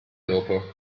dopo